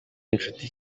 inshuti